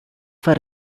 for